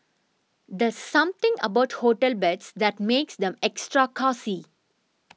there's something about hotel beds that makes them extra cosy